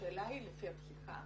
השאלה היא לפי הפסיקה